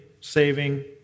saving